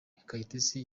kayitesi